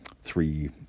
three